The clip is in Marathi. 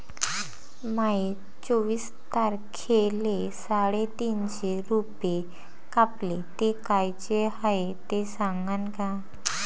माये चोवीस तारखेले साडेतीनशे रूपे कापले, ते कायचे हाय ते सांगान का?